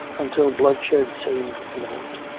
until bloodshed seemed imminent.